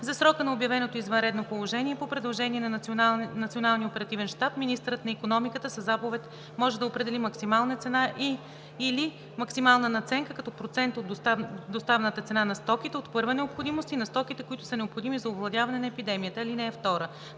За срока на обявеното извънредно положение, по предложение на Националния оперативен щаб, министърът на икономиката със заповед може да определи максимална цена и/или максимална надценка, като процент от доставната цена, на стоките от първа необходимост и на стоките, които са необходими за овладяване на епидемията. (2) При